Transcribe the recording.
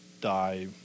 die